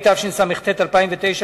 התשס"ח 2008,